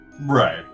Right